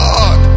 God